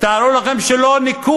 תארו לכם שלא מקבלים חשמל,